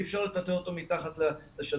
אי אפשר לטאטא אותו מתחת לשטיח